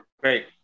Great